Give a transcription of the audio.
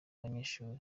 banyeshuri